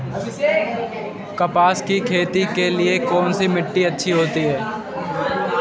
कपास की खेती के लिए कौन सी मिट्टी अच्छी होती है?